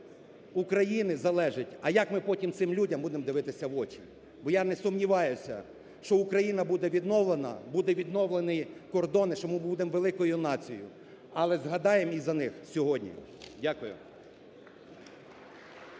України залежить, а як ми потім цим людям будемо дивитися в очі. Бо я не сумніваюся, що Україна буде відновлена, будуть відновлені кордони, що ми будемо великою нацією. Але загадаємо і за них сьогодні. Дякую.